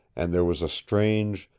and there was a strange,